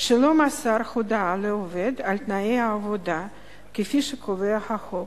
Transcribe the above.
שלא מסר הודעה לעובד על תנאי העבודה כפי שקובע החוק.